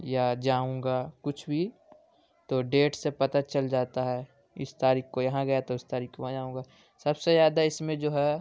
یا جاؤں گا كچھ بھی تو ڈیٹ سے پتہ چل جاتا ہے اس تاریخ کو یہاں گیا تھا تو اس تاریخ كو وہاں جاؤں گا سب سے زیادہ اس میں جو ہے